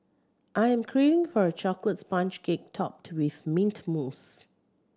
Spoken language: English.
I am craving for a chocolate sponge cake topped with mint mousse